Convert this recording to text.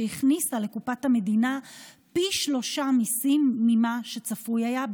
שהכניסה לקופת המדינה פי שלושה מיסים ממה שצפוי היה,